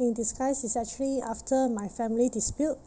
in disguise is actually after my family dispute